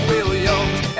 Williams